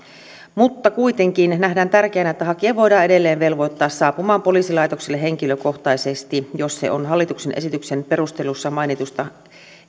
kuitenkin nähdään tärkeänä että hakija voidaan edelleen velvoittaa saapumaan poliisilaitokselle henkilökohtaisesti jos se on hallituksen esityksen perusteluissa mainituista